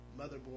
motherboard